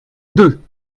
deux